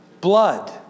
Blood